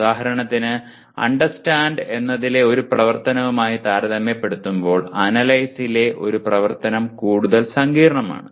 ഉദാഹരണത്തിന് അണ്ടർസ്റ്റാൻഡ് എന്നതിലെ ഒരു പ്രവർത്തനവുമായി താരതമ്യപ്പെടുത്തുമ്പോൾ അനലൈസിലെ ഒരു പ്രവർത്തനം കൂടുതൽ സങ്കീർണ്ണമാണ്